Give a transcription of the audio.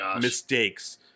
mistakes